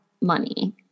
money